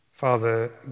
Father